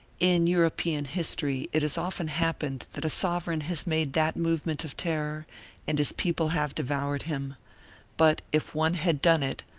in european history it has often happened that a sovereign has made that movement of terror and his people have devoured him but if one had done it,